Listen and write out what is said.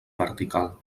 vertical